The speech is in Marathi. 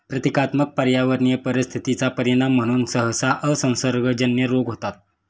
प्रतीकात्मक पर्यावरणीय परिस्थिती चा परिणाम म्हणून सहसा असंसर्गजन्य रोग होतात